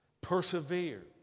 Persevere